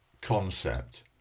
concept